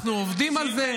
אנחנו עובדים על זה.